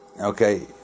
okay